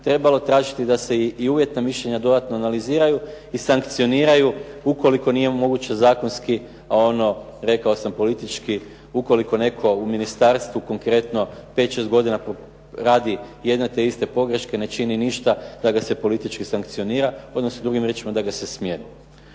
trebalo tražiti da se i uvjeta mišljenja dodatno analiziraju i sankcioniraju ukoliko nije omogućen zakonski, a ono rekao sam politički ukoliko netko u ministarstvu konkretno 5, 6 godina radi jedne te iste pogreške, ne čini ništa, da ga se politički sankcionira, odnosno drugim riječima da ga se smijeni.